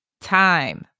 Time